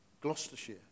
Gloucestershire